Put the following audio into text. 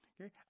Okay